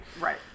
Right